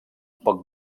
pot